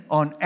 on